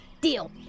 deal